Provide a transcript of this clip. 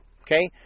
Okay